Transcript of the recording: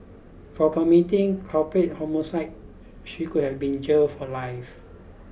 for committing culpable homicide she could have been jailed for life